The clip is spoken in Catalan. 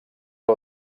que